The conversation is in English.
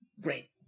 great